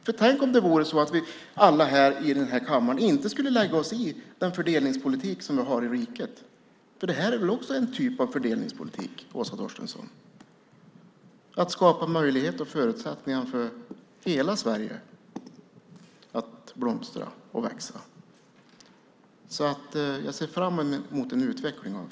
Men tänk om vi alla här i kammaren inte lade oss i fördelningspolitiken i riket! Det är väl också en typ av fördelningspolitik, Åsa Torstensson, att för hela Sverige skapa möjligheter och förutsättningar att blomstra och växa. Jag ser alltså fram emot att du utvecklar ditt svar.